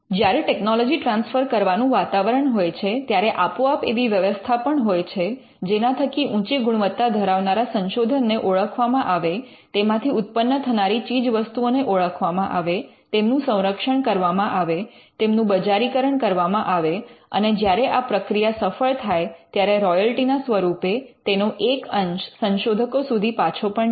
જ્યારે technology transfer કરવાનું વાતાવરણ હોય છે ત્યારે આપોઆપ એવી વ્યવસ્થા પણ હોય છે જેના થકી ઊંચી ગુણવત્તા ધરાવનારા સંશોધનને ઓળખવા માં આવે તેમાંથી ઉત્પન્ન થનારી ચીજવસ્તુઓને ઓળખવામાં આવે તેમનું સંરક્ષણ કરવામાં આવે તેમનું બજારીકરણ કરવામાં આવે અને જ્યારે આ પ્રક્રિયા સફળ થાય ત્યારે રોયલ્ટીના સ્વરૂપે તેનો એક અંશ સંશોધકો સુધી પાછો પણ જાય